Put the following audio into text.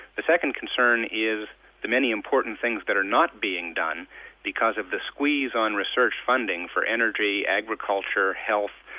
the second concern is the many important things that are not being done because of the squeeze on research funding for energy, agriculture, health,